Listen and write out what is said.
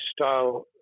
style